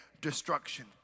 destruction